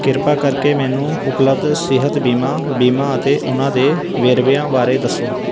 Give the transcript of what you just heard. ਕਿਰਪਾ ਕਰਕੇ ਮੈਨੂੰ ਉਪਲਬਧ ਸਿਹਤ ਬੀਮਾ ਬੀਮਾ ਅਤੇ ਉਨ੍ਹਾਂ ਦੇ ਵੇਰਵਿਆਂ ਬਾਰੇ ਦੱਸੋ